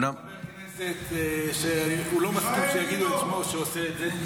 יש פה חבר כנסת שלא מסכים שיגידו את שמו שהוא עושה את זה.